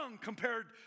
compared